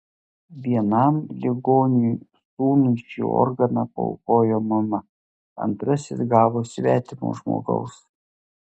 vienam ligoniui sūnui šį organą paaukojo mama antrasis gavo svetimo žmogaus